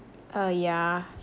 uh yeah